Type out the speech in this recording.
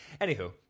anywho